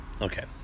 Okay